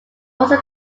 also